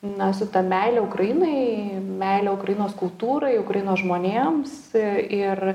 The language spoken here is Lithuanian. na su ta meile ukrainai meile ukrainos kultūrai ukrainos žmonėms ir